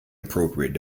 appropriate